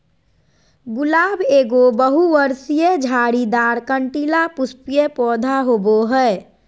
गुलाब एगो बहुवर्षीय, झाड़ीदार, कंटीला, पुष्पीय पौधा होबा हइ